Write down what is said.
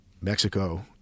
Mexico